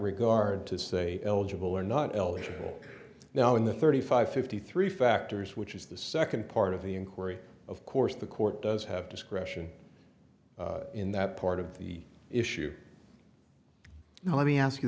regard to say eligible or not eligible now in the thirty five fifty three factors which is the second part of the inquiry of course the court does have discretion in that part of the issue now let me ask you